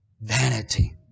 Vanity